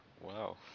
Wow